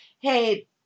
hey